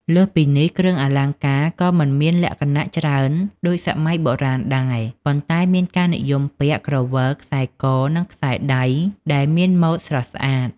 លើសពីនេះ គ្រឿងអលង្ការក៏មិនមានលក្ខណៈច្រើនដូចសម័យបុរាណដែរ ប៉ុន្តែមានការនិយមពាក់ ក្រវិល ខ្សែក និងខ្សែដៃ ដែលមានម៉ូដស្រស់ស្អាត។